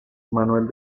manuel